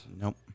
Nope